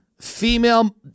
female